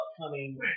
upcoming